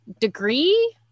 degree